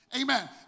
Amen